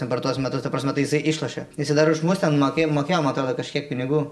dabar tuos metus ta prasme tai jisai išlošia jisai dar už mus ten mokė mokėjo man atrodo kažkiek pinigų